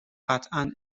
قطعا